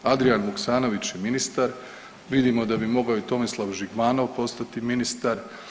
Adrian Vuksanović je ministar, vidimo da bi mogao i Tomislav Žigmanov postati ministar.